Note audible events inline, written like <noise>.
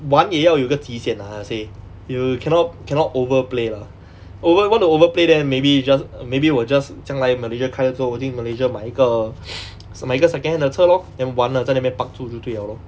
玩也要有个极限 lah I would say you cannot cannot overplay lah over want to overplay then maybe just maybe will just 将来 malaysia 开了之后我进 malaysia 买一个 <noise> 买一个 secondhand 的车 lor then 玩了在那边 park 着就对 liao